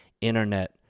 internet